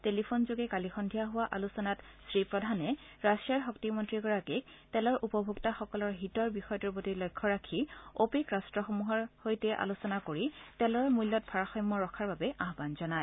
টেলিফোনযোগে সন্ধিয়া হোৱা আলোচনাত শ্ৰীপ্ৰধানে বাছিয়াৰ শক্তি মন্ত্ৰীগৰাকীক তেলৰ উপভোক্তাসকলৰ হিতৰ বিষয়টোৰ প্ৰতি লক্ষ্য ৰাখি অপেক ৰাট্টসমূহৰ সৈতে আলোচনা কৰি তেলৰ মূল্যত ভাৰসাম্য ৰখাৰ বাবে আহ্বান জনায়